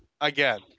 Again